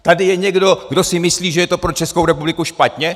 Tady je někdo, kdo si myslí, že je to pro Českou republiku špatně?